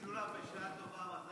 משולם, בשעה טובה.